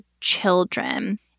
children